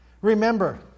Remember